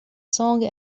song